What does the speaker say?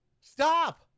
Stop